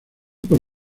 por